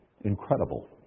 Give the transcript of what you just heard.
incredible